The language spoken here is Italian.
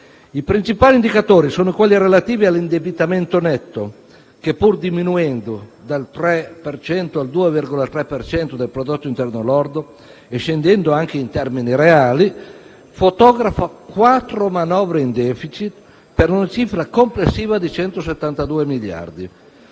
I principali indicatori sono quelli relativi all'indebitamento netto, che pur diminuendo dal 3 al 2,3 per cento del prodotto interno lordo e scendendo anche in termini reali fotografa quattro manovre in *deficit*, per una cifra complessiva di 172 miliardi